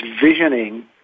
visioning